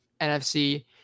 NFC